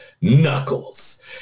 Knuckles